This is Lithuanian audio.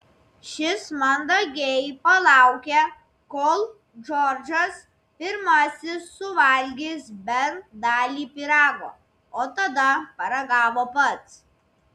šis mandagiai palaukė kol džordžas pirmasis suvalgys bent dalį pyrago o tada paragavo pats